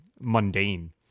mundane